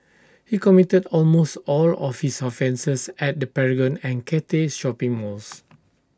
he committed almost all of his offences at the Paragon and Cathay shopping malls